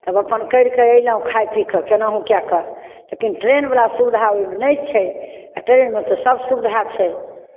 तब अपन करि कऽ अयलहुँ खाय पी कऽ केनाहु कए कऽ लेकिन ट्रेनवला सुविधा ओहिमे नहि छै ट्रेनमे तऽ सभ सुविधा छै